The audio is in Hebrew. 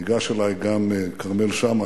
וניגש אלי גם כרמל שאמה,